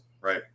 right